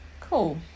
cool